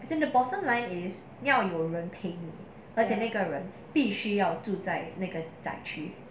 as in the bottom line is 要有人陪你而且那个人必须要住在那个 directory